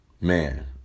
man